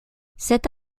cette